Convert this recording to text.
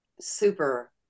super